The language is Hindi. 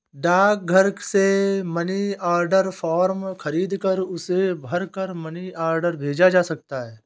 डाकघर से मनी ऑर्डर फॉर्म खरीदकर उसे भरकर मनी ऑर्डर भेजा जा सकता है